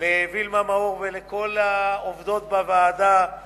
לווילמה מאור ולכל העובדות בוועדה.